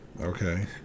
Okay